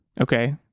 okay